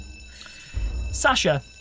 Sasha